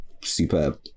superb